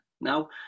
Now